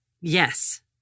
Yes